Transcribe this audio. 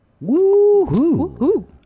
Woo-hoo